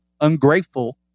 ungrateful